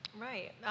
Right